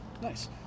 Nice